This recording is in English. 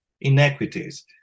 inequities